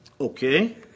Okay